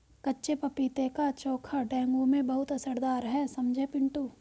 कच्चे पपीते का चोखा डेंगू में बहुत असरदार है समझे पिंटू